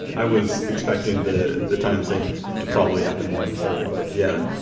i was expecting the the time savings to probably happen more on the server, but yeah,